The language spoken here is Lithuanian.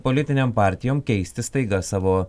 politinėm partijom keisti staiga savo